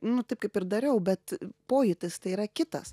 nu taip kaip ir dariau bet pojūtis tai yra kitas